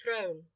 throne